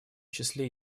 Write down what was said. числе